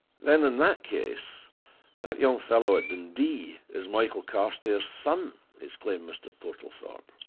then in that case that young fellow at dundee is michael carstairs' son? exclaimed mr. portlethorpe.